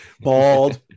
bald